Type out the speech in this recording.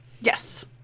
Yes